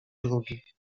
drugi